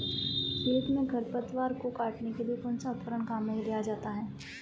खेत में खरपतवार को काटने के लिए कौनसा उपकरण काम में लिया जाता है?